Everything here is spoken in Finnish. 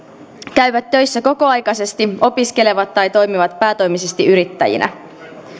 käyvät töissä kokoaikaisesti opiskelevat tai toimivat päätoimisesti yrittäjinä